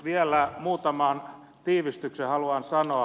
vielä muutaman tiivistyksen haluan sanoa